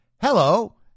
hello